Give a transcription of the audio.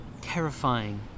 terrifying